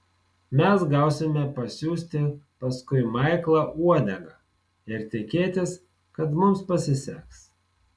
mes gausime pasiųsti paskui maiklą uodegą ir tikėtis kad mums pasiseks